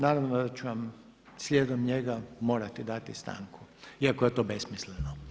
Naravno da ću vam slijedom njega morati dati stanku iako je do besmisleno.